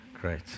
Great